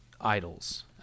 idols